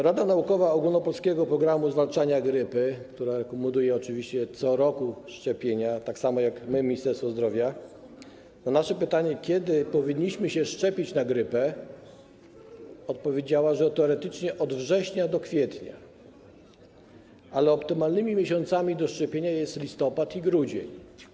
Rada naukowa Ogólnopolskiego Programu Zwalczania Grypy, która rekomenduje oczywiście co roku szczepienia, tak samo jak my - Ministerstwo Zdrowia, na nasze pytanie, kiedy powinniśmy się szczepić na grypę, odpowiedziała, że teoretycznie od września do kwietnia, ale optymalnymi miesiącami do szczepienia są listopad i grudzień.